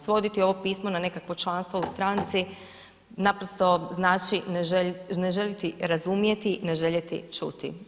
Svoditi ovo pismo na nekakvo članstvo u stranci, naprosto znači ne željeti razumjeti, ne željeti čuti.